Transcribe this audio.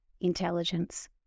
intelligence